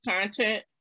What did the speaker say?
content